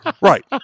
Right